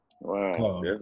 Wow